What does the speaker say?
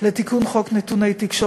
הנושא